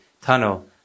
tunnel